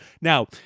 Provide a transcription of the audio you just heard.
Now